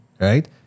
right